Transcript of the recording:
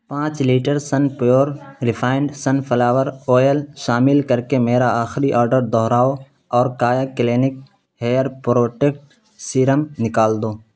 پانچ litre sun pure refined sunflower oil شامل کر کے میرا آخری آڈر دوہراؤ اور Kaya clinic hair protect serum نکال دو